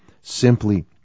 simply